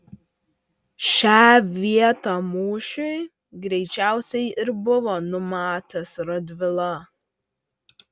šią vietą mūšiui greičiausiai ir buvo numatęs radvila